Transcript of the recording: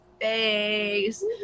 face